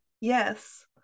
yes